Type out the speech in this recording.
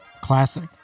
Classic